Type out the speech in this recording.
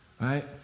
Right